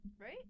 right